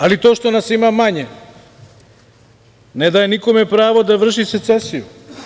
Ali, to što nas ima manje ne daje nikome pravo da vrši secesiju.